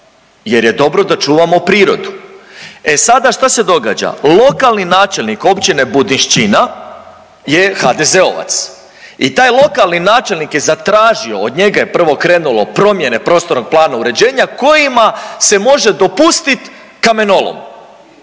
jer je dobro da čuvamo prirodu. E sada šta se događa? Lokalni načelnik Općine Budinšćina je HDZ-ovac i taj lokalni načelnik je zatražio od njega je prvo krenulo promjene prostornog plana uređenja kojima se može dopustiti kamenolom,